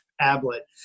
tablet